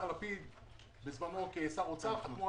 אני הייתי בטוח שזורקים אותם מכל המדרגות, אבל לא.